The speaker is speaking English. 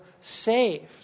saved